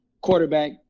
quarterback